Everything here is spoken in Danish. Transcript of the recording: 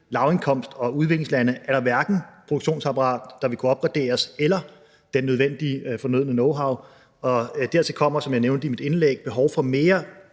lavindkomst- og udviklingslande er der hverken et produktionsapparat, der vil kunne opgraderes, eller den fornødne knowhow. Dertil kommer, som jeg nævnte i mit indlæg, behovet for mere